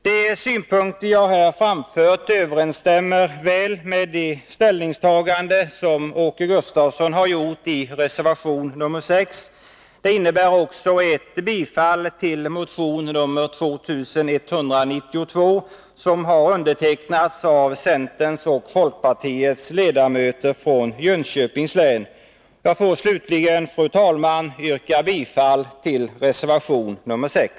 De synpunkter jag här framfört överensstämmer väl med det ställningstagande som Åke Gustavsson gjort i reservation nr 6. Reservationen innebär ett bifall till motion nr 2192, som har undertecknats av centerns och folkpartiets ledamöter från Jönköpings län. Jag får slutligen, fru talman, yrka bifall till reservation nr 6.